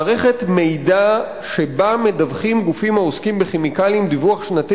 מערכת מידע שבה מדווחים גופים העוסקים בכימיקלים דיווח שנתי